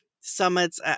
summits